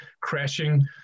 crashing